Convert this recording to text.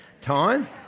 time